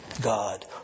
God